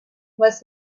was